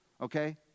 okay